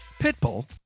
Pitbull